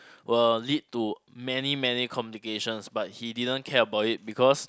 will lead to many many complications but he didn't care about it because